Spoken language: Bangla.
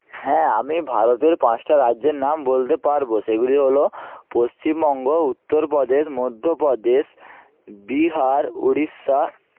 হ্যাঁ আমি ভারতের পাঁচটা রাজ্যের নাম বলতে পারবো সেগুলি হলো পশ্চিমবঙ্গ উত্তরপ্রদেশ মধ্যপ্রদেশ বিহার ওড়িশা